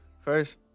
first